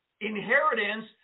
inheritance